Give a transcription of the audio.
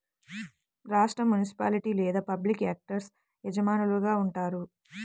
రాష్ట్రం, మునిసిపాలిటీ లేదా public actors యజమానులుగా ఉంటారు